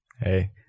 Hey